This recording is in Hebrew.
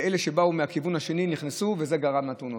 אלה שבאו מהכיוון השני נכנסו, וזה גרם לתאונות.